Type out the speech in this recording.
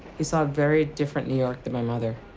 he saw a very different new york than my mother.